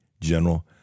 General